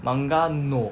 manga no